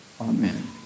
Amen